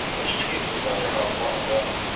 those pieces are are long gone